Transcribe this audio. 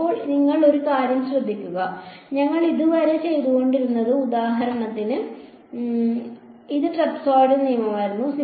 ഇപ്പോൾ നിങ്ങൾ ഒരു കാര്യം ശ്രദ്ധിക്കുക ഞങ്ങൾ ഇതുവരെ ചെയ്തുകൊണ്ടിരുന്നത് ഉദാഹരണത്തിന് ഇത് ട്രപസോയ്ഡൽ നിയമമായിരുന്നു